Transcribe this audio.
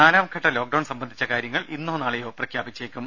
നാലാംഘട്ട ലോക്ഡൌൺ സംബന്ധിച്ച കാര്യങ്ങൾ ഇന്നോ നാളെയോ പ്രഖ്യാപിച്ചേക്കും